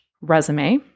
resume